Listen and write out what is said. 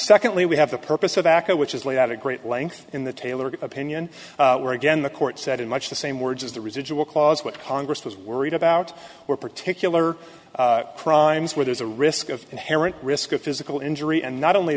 secondly we have the purpose of aca which is laid out a great length in the tailored opinion were again the court said in much the same words as the residual clause what congress was worried about were particular crimes where there's a risk of inherent risk of physical injury and not only